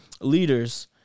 leaders